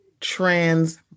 trans